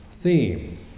theme